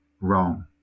wrong